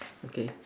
okay